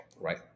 right